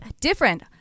Different